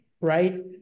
right